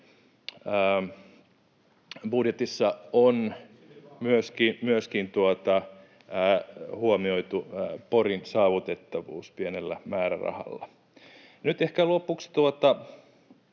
Budjetissa on huomioitu myöskin Porin saavutettavuus pienellä määrärahalla. Nyt ehkä lopuksi